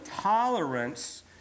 tolerance